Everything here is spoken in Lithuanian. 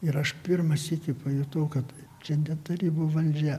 ir aš pirmą sykį pajutau kad čia ne tarybų valdžia